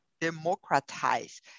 democratize